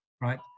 right